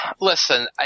listen